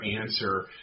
answer